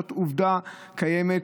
זאת עובדה קיימת,